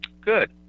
Good